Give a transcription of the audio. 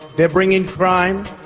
they are bringing crime,